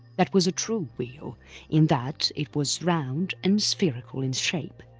that was a true wheel in that it was round and spherical in shape,